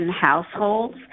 households